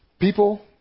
People